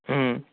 হুম